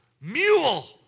mule